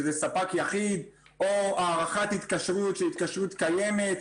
שזה ספק יחיד או הארכת התקשרות קיימת.